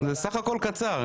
זה בסך הכול קצר.